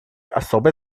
особое